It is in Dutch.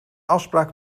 afspraak